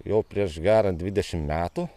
jau prieš gerą dvidešim metų